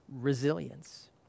resilience